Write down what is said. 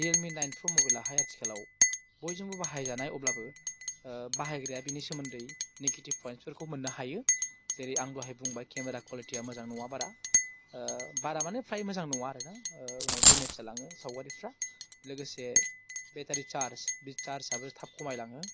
Realme nine pro मबाइलाहाय आथिखालाव बयजोंबो बाहायजानाय अब्लाबो बाहायग्राया बिनि सोमोन्दै नेगेटिभ पइनसफोरखौ मोन्नो हायो जेरै आं दहाय बुंबाय केमेरा कुवालिटिआ मोजां नङा बारा बारा मानि फ्राय मोजां नङा उनाव देमेज जालाङो सावगारिफ्रा लोगोसे बेटारी चार्जआबो थाब खमालाङो